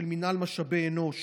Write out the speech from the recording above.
של מינהל משאבי אנוש